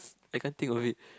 I can't think of it